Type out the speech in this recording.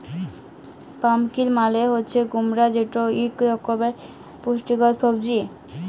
pumpkin মালে হছে কুমড়া যেট ইক রকমের পুষ্টিকর সবজি